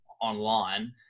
online